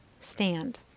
Stand